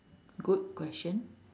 good question